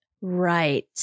Right